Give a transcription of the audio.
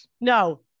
No